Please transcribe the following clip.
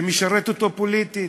זה משרת אותו פוליטית,